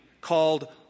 Called